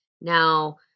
Now